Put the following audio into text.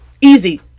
easy